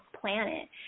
planet